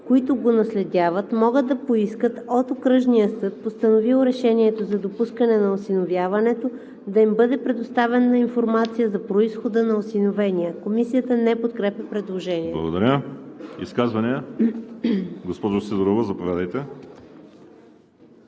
които го наследяват, могат да поискат от окръжния съд, постановил решението за допускане на осиновяването, да им бъде предоставена информация за произхода на осиновения.“ Комисията не подкрепя предложението. ПРЕДСЕДАТЕЛ ВАЛЕРИ СИМЕОНОВ: Благодаря. Изказвания? Госпожо Сидорова, заповядайте.